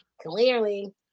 clearly